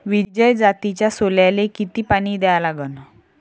विजय जातीच्या सोल्याले किती पानी द्या लागन?